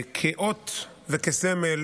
כאות וכסמל